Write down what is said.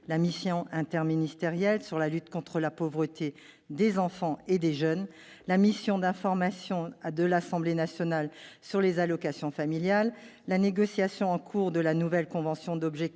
la mission interministérielle sur la lutte contre la pauvreté des enfants et des jeunes, la mission d'information de l'Assemblée nationale sur les allocations familiales, la négociation en cours de la nouvelle convention d'objectifs